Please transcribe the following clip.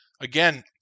again